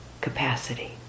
capacity